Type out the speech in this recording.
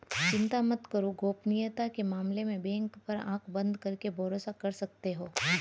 चिंता मत करो, गोपनीयता के मामले में बैंक पर आँख बंद करके भरोसा कर सकते हो